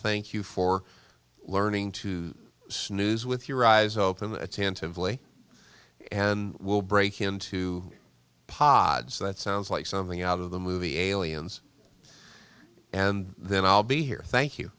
thank you for learning to snooze with your eyes open attentively and will break into pods that sounds like something out of the movie aliens and then i'll be here thank you